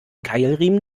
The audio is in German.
keilriemen